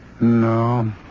No